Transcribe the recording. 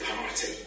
party